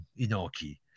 inoki